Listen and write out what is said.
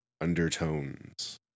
undertones